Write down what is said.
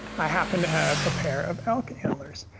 i happen to have a pair of elk antlers.